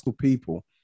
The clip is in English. people